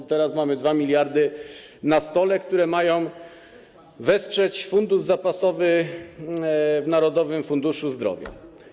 Bo teraz znowu mamy 2 mld zł na stole, które mają wesprzeć fundusz zapasowy w Narodowym Funduszu Zdrowia.